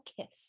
kiss